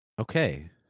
Okay